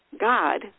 God